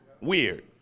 Weird